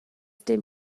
dim